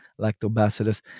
lactobacillus